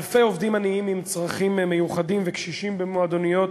אלפי עובדים עניים עם צרכים מיוחדים וקשישים במועדוניות